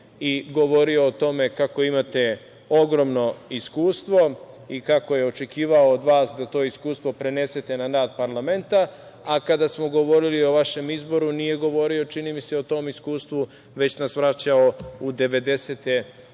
i govorio o tome kako imate ogromno iskustvo i kako je očekivao od vas da to iskustvo prenesete na rad parlamenta, a kada smo govorili o vašem izboru nije govorio, čini mi se, o tom iskustvu, već nas je vraćao u devedesete